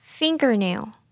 Fingernail